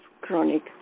chronic